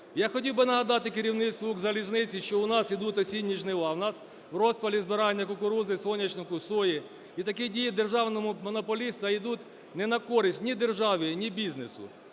Я хотів би нагадати керівництву "Укрзалізниці", що у нас ідуть осінні жнива, у нас в розпалі збирання кукурудзи, соняшника, сої, і такі дії державного монополіста ідуть не на користь ні державі, ні бізнесу.